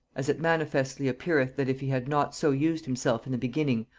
as it manifestly appeareth that if he had not so used himself in the beginning,